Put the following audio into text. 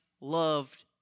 loved